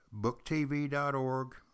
BookTV.org